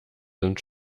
sind